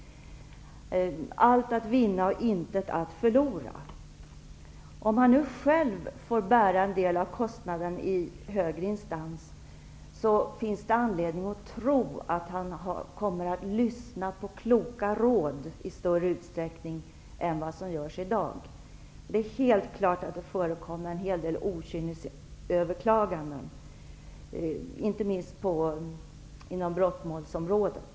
Han har allt att vinna och intet att förlora. Om han nu själv får bära en del av kostnaden i högre instans finns det anledning att tro att han kommer att lyssna på kloka råd i större utsträckning än i dag. Det förekommer en hel del okynnesöverklaganden, inte minst inom brottmålsområdet.